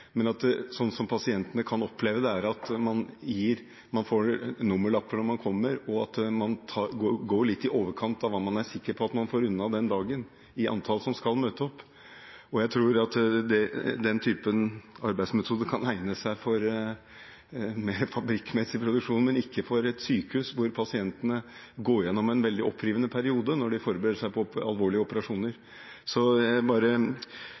Men det pasientene kan oppleve, er at man får nummerlapp når man kommer, og antallet som møter opp, er litt i overkant av det man er sikker på å få unna den dagen. Jeg tror at den typen arbeidsmetoder kan egne seg for mer fabrikkmessig produksjon, men ikke for et sykehus, hvor pasientene går gjennom en veldig opprivende periode når de forbereder seg på alvorlige operasjoner.